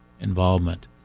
involvement